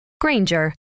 Granger